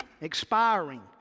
expiring